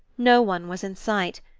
no one was in sight,